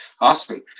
awesome